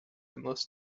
endless